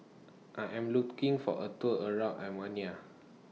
I Am looking For A Tour around Armenia